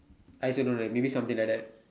I also don't have maybe something like that